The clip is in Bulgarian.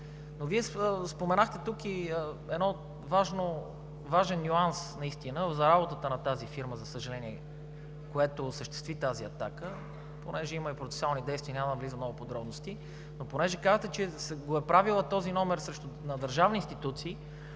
Но Вие споменахте тук и един важен нюанс за работата на тази фирма, за съжаление, която осъществи тази атака, понеже имаме процесуални действия, няма да влизам в много подробности. Понеже казахте, че го е правила този номер на държавни институции,